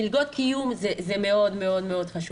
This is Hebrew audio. מלגות קיום זה מאוד חשוב.